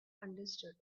understood